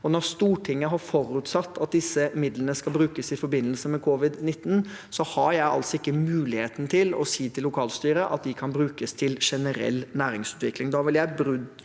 Når Stortinget har forutsatt at disse midlene skal brukes i forbindelse med covid-19, har jeg ikke mulighet til å si til lokalstyret at de kan brukes til generell næringsutvikling.